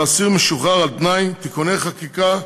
אסיר משוחרר על-תנאי (תיקוני חקיקה),